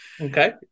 Okay